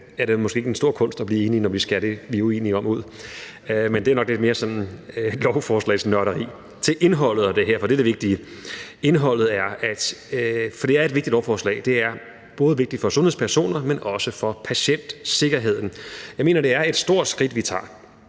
er det måske ikke den store kunst at blive enige, altså når vi skærer det, vi er uenige om, ud. Men det er nok lidt mere sådan lovforslagsnørderi. Til indholdet af det her, for det er det vigtige: Det er et vigtigt lovforslag, der både er vigtigt for sundhedspersoner, men også for patientsikkerheden. Jeg mener, det er et stort skridt, vi tager.